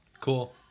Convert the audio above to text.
Cool